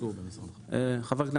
חבר הכנסת,